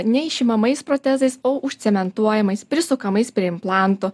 neišimamais protezais o užcementuojamas prisukamais prie implantų